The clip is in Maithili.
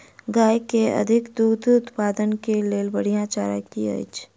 गाय केँ अधिक दुग्ध उत्पादन केँ लेल बढ़िया चारा की अछि?